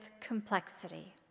complexity